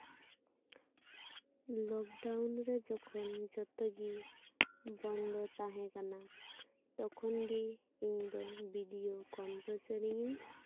lockdown ᱨᱮ ᱡᱚᱠᱷᱚᱱ ᱡᱚᱛᱚ ᱜᱮ ᱵᱚᱱᱫᱚ ᱛᱟᱦᱮᱸ ᱠᱟᱱᱟ ᱛᱚᱠᱷᱚᱱ ᱜᱮ ᱤᱧ ᱫᱚ ᱵᱷᱤᱰᱤᱭᱳ ᱠᱚᱱᱵᱷᱟᱥ ᱨᱮᱜᱤᱧ